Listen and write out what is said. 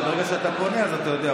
אבל ברגע שאתה פונה אז אתה יודע,